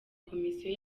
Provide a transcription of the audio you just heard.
komisiyo